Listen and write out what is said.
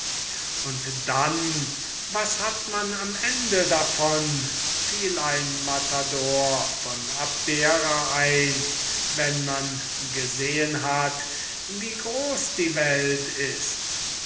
und dann was hat man am ende davon fiel ein matador von abdera ein wenn man gesehen hat wie groß die welt ist